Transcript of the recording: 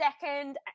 second